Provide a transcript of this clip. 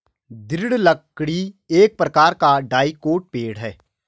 दृढ़ लकड़ी एक प्रकार का डाइकोट पेड़ है